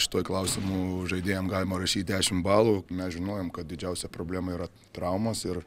šituo klausimu žaidėjam galima rašyt dešim balų mes žinojom kad didžiausia problema yra traumos ir